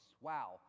Wow